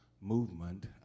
movement